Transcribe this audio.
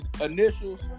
initials